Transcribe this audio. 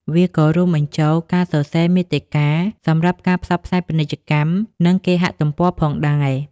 វាក៏រួមបញ្ចូល ការសរសេរមាតិកា សម្រាប់ការផ្សព្វផ្សាយពាណិជ្ជកម្ម និងគេហទំព័រផងដែរ។